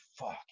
fuck